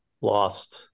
lost